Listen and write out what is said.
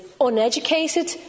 uneducated